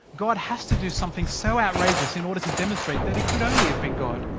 god has to do something so outrageous in order to demonstrate that it could only have been god.